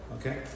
Okay